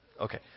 Okay